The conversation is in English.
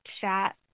chat